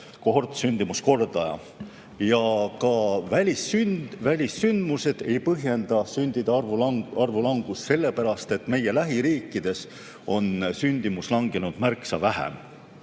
ka sündimuskordaja, ja ka välissündmused ei põhjenda sündide arvu langust, sellepärast et meie lähiriikides on sündimus langenud märksa